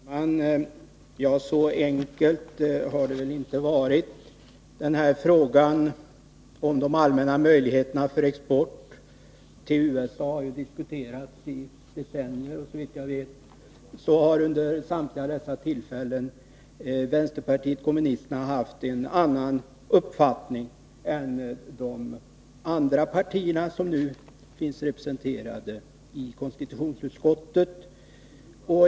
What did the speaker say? Fru talman! Ja, så enkelt har det inte varit. Frågan om de allmänna möjligheterna för export till USA har diskuterats i decennier, och såvitt jag vet har vid samtliga dessa tillfällen vänsterpartiet kommunisterna haft en annan uppfattning än de andra partier som nu finns representerade i konstitutionsutskottet.